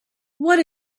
what